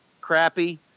crappy